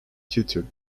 tutored